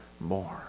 more